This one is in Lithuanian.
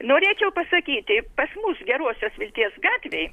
norėčiau pasakyti pas mus gerosios vilties gatvėj